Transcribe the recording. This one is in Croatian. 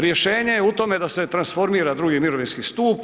Rješenje je u tome da se transformira II. mirovinski stup.